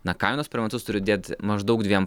na kainos per metus turi dėt maždaug dviem